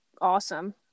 awesome